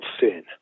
sin